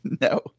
No